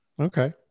Okay